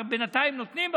בינתיים נותנים,